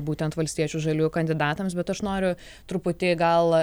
būtent valstiečių žaliųjų kandidatams bet aš noriu truputį gal